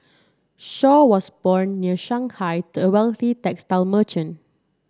Shaw was born near Shanghai to a wealthy textile merchant